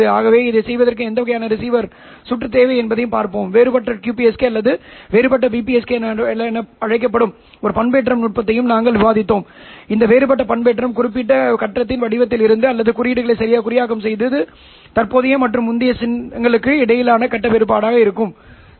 ஆகவே அதைச் செய்வதற்கு எந்த வகையான ரிசீவர் சுற்று தேவை என்பதைப் பார்ப்போம் வேறுபட்ட QPSK அல்லது வேறுபட்ட BPSK என அழைக்கப்படும் ஒரு பண்பேற்றம் நுட்பத்தையும் நாங்கள் விவாதித்தோம் இந்த வேறுபட்ட பண்பேற்றம் குறியீட்டு கட்டத்தின் வடிவத்தில் இருந்தது அல்லது குறியீடுகளை குறியாக்கம் செய்தது தற்போதைய மற்றும் முந்தைய சின்னங்களுக்கு இடையிலான கட்ட வேறுபாடாக சரி